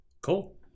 Cool